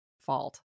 fault